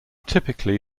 typically